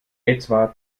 etwa